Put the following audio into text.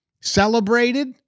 celebrated